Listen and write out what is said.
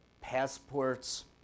passports